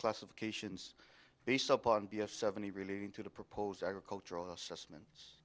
classifications based upon b f seventy relating to the proposed agricultural assessments